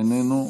איננו,